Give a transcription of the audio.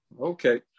okay